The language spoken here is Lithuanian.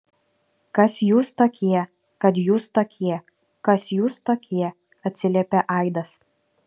kas jūs tokie kad jūs tokie kas jūs tokie atsiliepė aidas